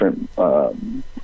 different